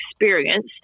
experience